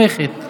התשפ"א 2021,